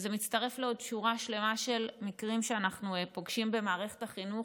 וזה מצטרף לעוד שורה שלמה של מקרים שאנחנו פוגשים במערכת החינוך,